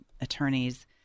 attorneys